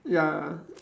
ya